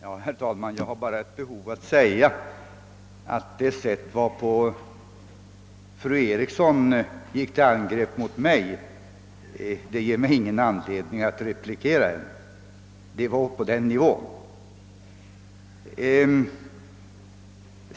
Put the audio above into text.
Herr talman! Jag har bara ett behov att säga att det sätt på vilket fru Eriksson angrep mig inte ger mig någon anledning till replik. Det var på en sådan nivå.